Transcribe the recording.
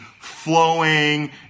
flowing